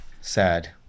Sad